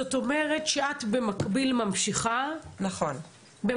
זאת אומרת, שאת במקביל ממשיכה את